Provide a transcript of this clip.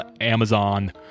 Amazon